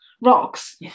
rocks